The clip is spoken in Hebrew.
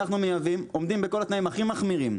אנחנו מייבאים, עומדים בכל התנאים הכי מחמירים.